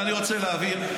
אבל אני רוצה להבהיר,